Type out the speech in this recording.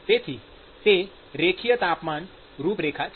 તેથી તે રેખીય તાપમાન રૂપરેખા છે